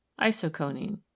isoconine